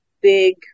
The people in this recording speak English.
big